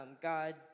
God